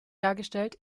dargestellt